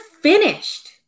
finished